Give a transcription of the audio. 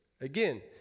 Again